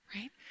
right